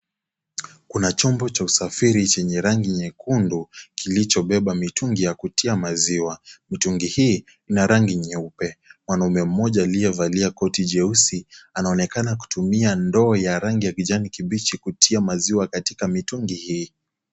Kuna chombo cha usafiri chenye rangi nyekundu kilichobeba mitungi ya kutia maziwa, mtungi hii ina rangi nyeupe, mwanaume mmoja aliyevalia koti jeusi anaonekana kutumia ndoo ya rangi ya kijani kibichi kutia maziwa katika mitungi hii.